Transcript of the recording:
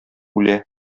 үлә